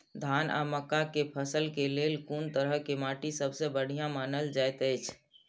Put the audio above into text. धान आ मक्का के फसल के लेल कुन तरह के माटी सबसे बढ़िया मानल जाऐत अछि?